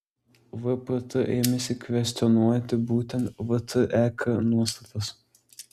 vpt ėmėsi kvestionuoti būtent vtek nuostatas